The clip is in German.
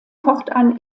fortan